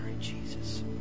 Jesus